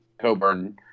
Coburn